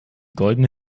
goldene